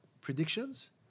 predictions